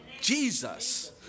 Jesus